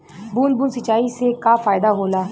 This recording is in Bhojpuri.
बूंद बूंद सिंचाई से का फायदा होला?